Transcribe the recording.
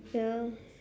ya